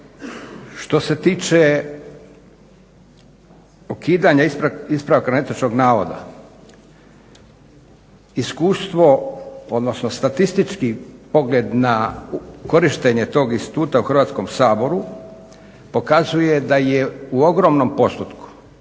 Što se tiče ukidanja ispravka netočnog navoda iskustvo odnosno statistički pogled na korištenje tog instituta u Hrvatskom saboru pokazuje da je u ogromnom postotku.